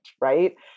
right